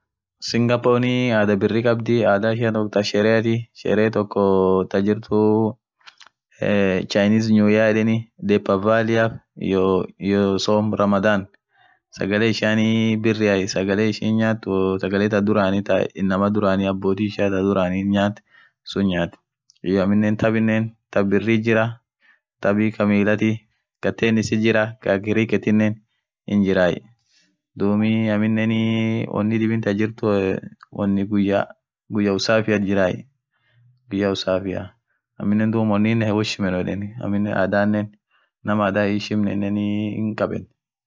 Singapore adhaa birri khabdhi adhaa ishian toko thaa shereathi Sheree toko thaa jirthuu eee chainiz new year yedheni depar valiaf iyo saum ramadhan sagale ishian birria sagale ishin nyathu woo sagale thaa dhurani thaa inamaa dhuran abothi ishia tha dhurani nyathee suun nyathe iyoo aminen thabinen thab birri jira thab kamilathi kaa tenisithi jiraa kaaa akaaa rikethinen hinjira dhub aminenii wonii dhibii taa jirthu wonni guyya guyaa usafiathi jirai guyya usafia aminen dhub woninen woo hishimenu yedhen aminen adhane naaam adhaa hishimne ininen hinkhaben